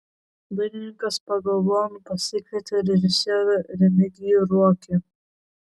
dainininkas pagalbon pasikvietė režisierių remigijų ruokį